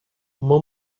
uma